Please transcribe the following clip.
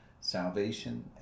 salvation